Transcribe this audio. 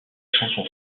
chanson